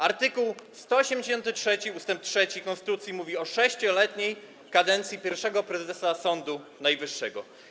Art. 183 ust. 3 konstytucji mówi o 6-letniej kadencji pierwszego prezesa Sądu Najwyższego.